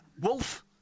Wolf